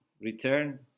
return